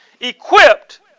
equipped